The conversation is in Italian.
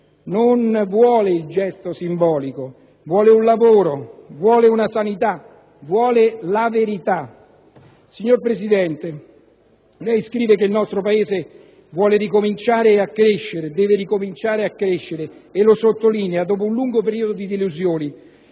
non vuole il gesto simbolico: vuole un lavoro, vuole una sanità, vuole la verità. Signor Presidente, lei scrive che il nostro Paese vuole ricominciare a crescere, deve ricominciare a crescere - e lo sottolinea - dopo un lungo periodo di delusioni.